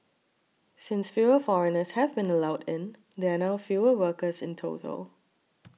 since fewer foreigners have been allowed in there are now fewer workers in total